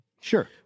Sure